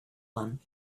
one